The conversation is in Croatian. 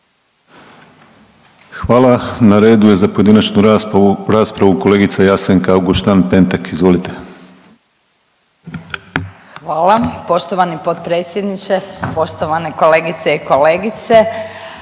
Hvala. Na redu je za pojedinačnu raspravu kolegica Jasenka Auguštan-Pentek, izvolite. **Auguštan-Pentek, Jasenka (SDP)** Hvala poštovani potpredsjedniče. Poštovane kolegice i kolegice,